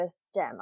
STEM